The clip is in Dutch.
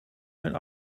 mijn